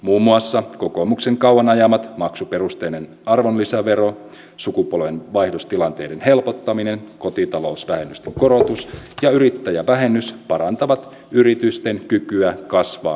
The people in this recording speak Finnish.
muun muassa kokoomuksen kauan ajamat maksuperusteinen arvonlisävero sukupolvenvaihdostilanteiden helpottaminen kotitalousvähennysten korotus ja yrittäjävähennys parantavat yritysten kykyä kasvaa ja työllistää